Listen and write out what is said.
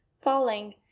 falling